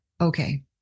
Okay